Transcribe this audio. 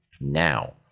Now